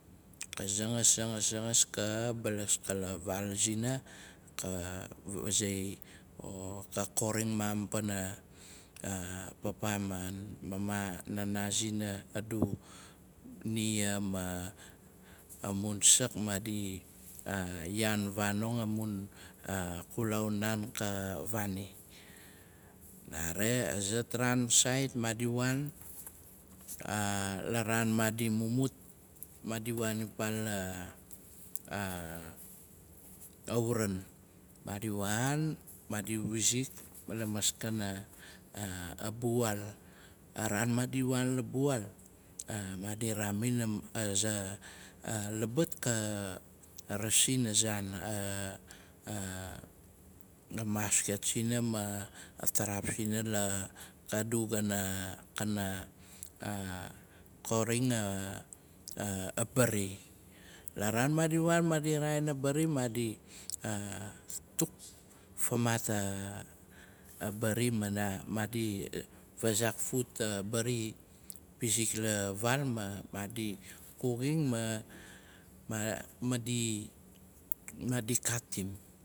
Ka zangas, sangas, sangas, ka balas kala paapaa ma naanaa zina, adu ia ma amun sak maadi yaan vanong amun kulau naan ka vaani. Nare, aza raan sait maadi waan la raan madi mumut, madi waan apaala lauran. Maadi waan, maadi wizik, ma lamaskana buaal. Arraan maadi waan la buaal, maadi raamun azalabat ka rasin azan a masket sina ma tarap sina, adu gana koring a bari. La raan maadi waan maadi rain a bari maadi tuk famat a- a- a bari. Maadi vazaak fut abari pizik lavaal, ma kuxin ma maadi katim.